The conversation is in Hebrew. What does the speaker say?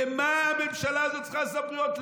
למה הממשלה הזאת צריכה סמכויות?